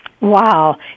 Wow